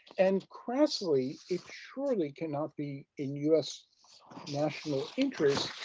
and crassly, it surely cannot be in us national interest